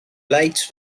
lights